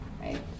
right